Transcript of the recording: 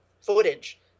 footage